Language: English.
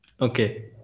Okay